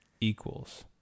Equals